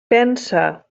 pensa